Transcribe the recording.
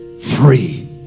free